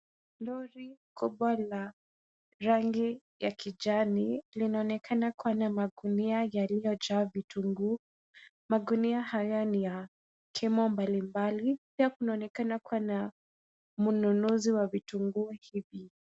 Lori kubwa la rangi ya kijani linaonekana kuwa na magunia yaliyojaa vitunguu. Magunia haya ni ya kemo mbalimbali. Pia kunaonekana kuwa na mnunuzi wa vitunguu hivi.